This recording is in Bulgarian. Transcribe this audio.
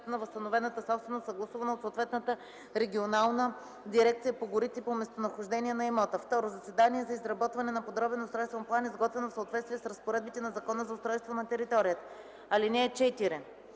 на възстановената собственост, съгласувана от съответната регионална дирекция по горите по местонахождение на имота; 2. задание за изработване на подробен устройствен план, изготвено в съответствие с разпоредбите на Закона за устройство на територията. (4)